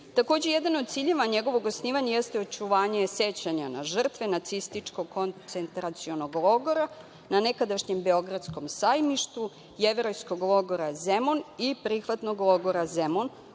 jedan od ciljeva njegovog osnivanja jeste očuvanje sećanja na žrtve nacističkog koncentracionog logora na nekadašnjem Beogradskom sajmištu, jevrejskog logora „Zemun“ i Prihvatnog logora „Zemun“,